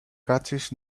catches